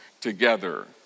together